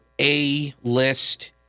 A-list